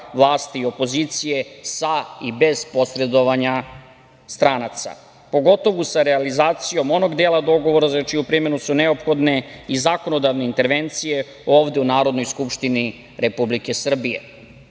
vlasti i opozicije sa i bez posredovanja stranaca, pogotovo sa realizacijom onog dela dogovora za čiju primenu su neophodne i zakonodavne intervencije ovde u Narodnoj skupštini Republike Srbije. Nama